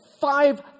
five